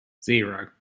zero